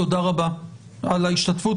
תודה רבה על ההשתתפות.